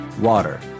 Water